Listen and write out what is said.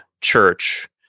church